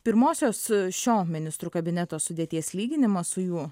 pirmosios šio ministrų kabineto sudėties lyginimas su jų